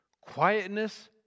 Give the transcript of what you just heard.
quietness